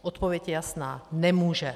Odpověď je jasná nemůže.